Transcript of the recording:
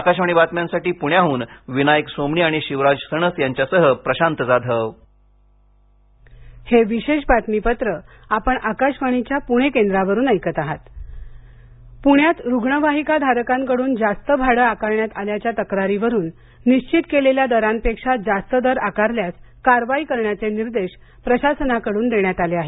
आकाशवाणी बातम्यांसाठी पुण्याहून विनायक सोमणी आणि शिवराज सणस यांच्यासह प्रशांत जाधव रूग्णवाहिका कारवाई प्ण्यात रुग्णवाहिका धारकांकडून जास्त भाडे आकारण्यात आल्याच्या तक्रारीवरून निश्वित केलेल्या दरांपेक्षा जास्त दर आकारल्यास कारवाई करण्याचे निर्देश प्रशासनाकडून देण्यात आले आहेत